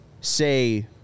say –